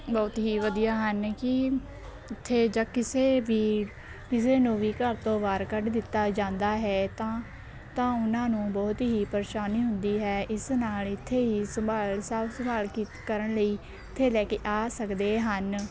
ਬਹੁਤ ਹੀ ਵਧੀਆ ਹਨ ਕਿ ਉੱਥੇ ਜਾਂ ਕਿਸੇ ਵੀ ਕਿਸੇ ਨੂੰ ਵੀ ਘਰ ਤੋਂ ਬਾਹਰ ਕੱਢ ਦਿੱਤਾ ਜਾਂਦਾ ਹੈ ਤਾਂ ਤਾਂ ਉਹਨਾਂ ਨੂੰ ਬਹੁਤ ਹੀ ਪਰੇਸ਼ਾਨੀ ਹੁੰਦੀ ਹੈ ਇਸ ਨਾਲ ਇੱਥੇ ਹੀ ਸੰਭਾਲ ਸਾਂਭ ਸੰਭਾਲ ਕੀਤੀ ਕਰਨ ਲਈ ਇੱਥੇ ਲੈ ਕੇ ਆ ਸਕਦੇ ਹਨ